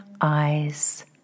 eyes